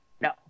No